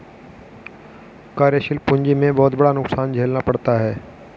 कार्यशील पूंजी में बहुत बड़ा नुकसान झेलना पड़ता है